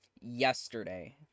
yesterday